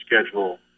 schedule